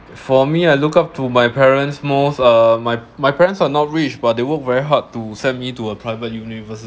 for me I look up to my parents most uh my my parents are not rich but they work very hard to send me to a private university